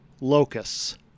locusts